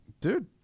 Dude